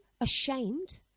ashamed